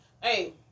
hey